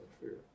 fear